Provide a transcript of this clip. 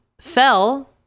fell